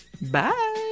bye